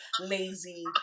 lazy